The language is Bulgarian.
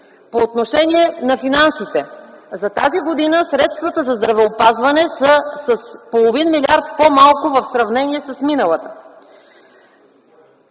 По отношение на финансите – за тази година средствата за здравеопазване са с половин милиард по-малко в сравнение с миналата.